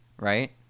right